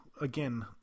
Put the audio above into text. again